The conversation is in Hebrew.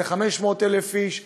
זה 500,000 איש.